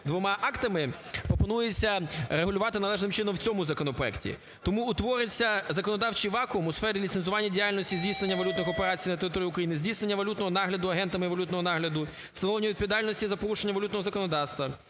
двома актами, пропонується регулювати належним чином у цьому законопроекті. Тому утвориться законодавчий вакуум у сфері ліцензування діяльності здійснення валютних операцій на території України, здійснення валютного нагляду агентами валютного нагляду, встановлення відповідальності за порушення валютного законодавства,